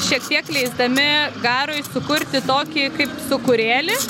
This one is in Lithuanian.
šiek tiek leisdami garui sukurti tokį kaip sūkurėlį